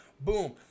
boom